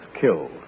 killed